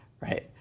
right